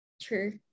True